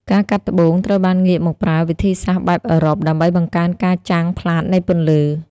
ការកាត់ត្បូង ត្រូវបានងាកមកប្រើវិធីសាស្ត្របែបអឺរ៉ុប ដើម្បីបង្កើនការចាំងផ្លាតនៃពន្លឺ។